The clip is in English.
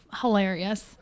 hilarious